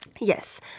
Yes